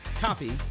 Copy